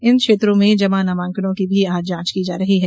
इन क्षेत्रों में जमा नामांकनों की भी आज जांच की जा रही है